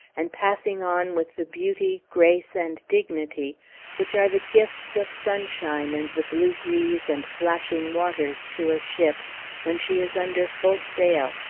and passing on with the beauty, grace, and dignity which are the gifts of sunshine and the blue breeze and flashing waters to a ship when she is under full sail,